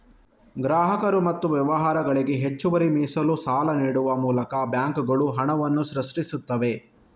ಗ್ರಾಹಕರು ಮತ್ತು ವ್ಯವಹಾರಗಳಿಗೆ ಹೆಚ್ಚುವರಿ ಮೀಸಲು ಸಾಲ ನೀಡುವ ಮೂಲಕ ಬ್ಯಾಂಕುಗಳು ಹಣವನ್ನ ಸೃಷ್ಟಿಸ್ತವೆ